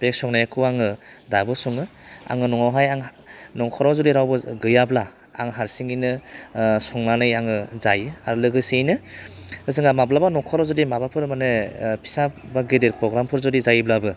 बे संनायखौ आङो दाबो सङो आङो न'आवहाय आंहा नखराव जुदि रावबो गैयाब्ला आं हारसिङैनो संनानै आङो जायो आरो लोगोसेयैनो जोंहा माब्लाबा नखराव जुदि माबाफोर मानो फिसा बा गेदेर पग्रामफोर जायोब्लाबो